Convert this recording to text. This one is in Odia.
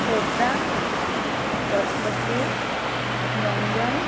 ଖୋର୍ଦ୍ଧା ଗଜପତି ଗଞ୍ଜାମ